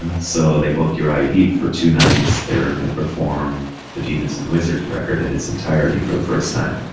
and so they booked uriah heep for two nights. they're gonna perform the demons and wizards record in its entirety for the first time,